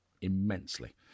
immensely